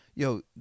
Yo